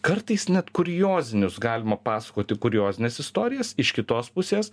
kartais net kuriozinius galima pasakoti kuriozines istorijas iš kitos pusės